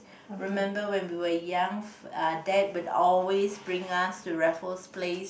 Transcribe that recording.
remember when we were young uh dad would always bring us to Raffles Place